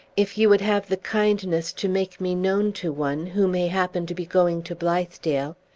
if you would have the kindness to make me known to one, who may happen to be going to blithedale.